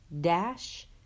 dash